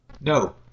No